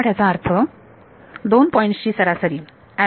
ह्याचा अर्थ 2 पॉईंट ची सरासरी बरोबर